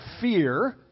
fear